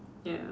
ya